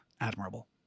admirable